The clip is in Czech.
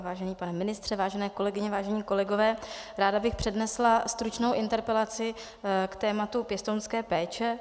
Vážený pane ministře, vážené kolegyně, vážení kolegové, ráda bych přednesla stručnou interpelaci k tématu pěstounské péče.